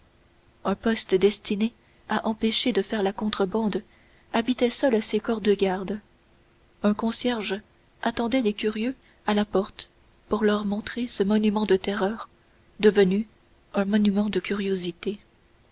un poste destiné à empêcher de faire la contrebande habitait seul ses corps de garde un concierge attendait les curieux à la porte pour leur montrer ce monument de terreur devenu un monument de curiosité